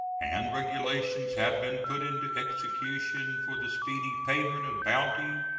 and regulations have been put into execution for the speedy payment of bounty,